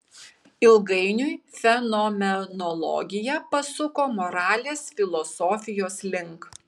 ilgainiui fenomenologija pasuko moralės filosofijos link